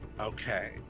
Okay